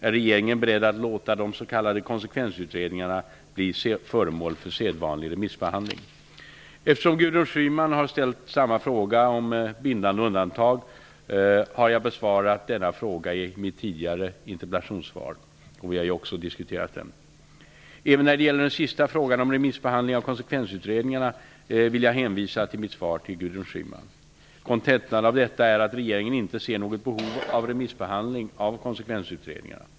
Är regeringen beredd att låta de s.k. konsekvensutredningarna bli föremål för sedvanlig remissbehandling?'' Eftersom Gudrun Schyman har ställt samma fråga om bindande undantag, har jag besvarat denna fråga i mitt tidigare interpellationssvar. Vi har också diskuterat den. Även när det gäller den sista frågan om remissbehandling av konsekvensutredningarna vill jag hänvisa till mitt svar till Gudrun Schyman. Kontentan av detta är att regeringen inte ser något behov av remissbehandling av konsekvensutredningarna.